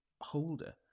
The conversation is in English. holder